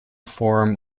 form